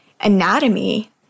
anatomy